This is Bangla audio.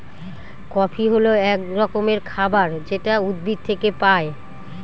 কফি হল এক রকমের খাবার যেটা উদ্ভিদ থেকে পায়